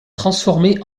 transformées